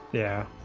yeah